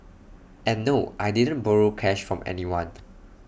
and no I didn't borrow cash from anyone